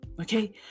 Okay